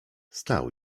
stał